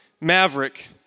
Maverick